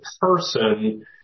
person